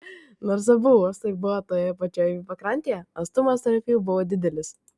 nors abu uostai buvo toje pačioje pakrantėje atstumas tarp jų buvo didelis